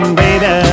baby